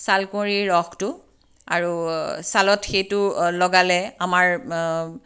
ছালকুঁৱৰীৰ ৰসটো আৰু ছালত সেইটো লগালে আমাৰ